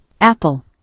Apple